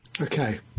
Okay